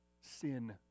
Sin